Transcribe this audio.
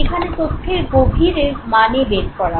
এখানে তথ্যের গভীর মানে বের করা হয়